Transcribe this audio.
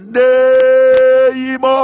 name